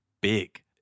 Big